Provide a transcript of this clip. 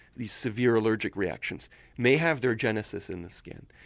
these severe allergic reactions may have their genesis in the skin.